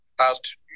asked